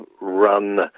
run